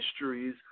Mysteries